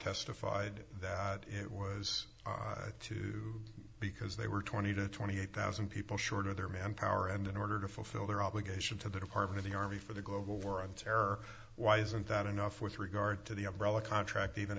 testified that it was too because they were twenty to twenty eight thousand people short of their manpower and in order to fulfill their obligation to the department of the army for the global war on terror why isn't that enough with regard to the umbrella contract